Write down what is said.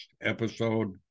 episode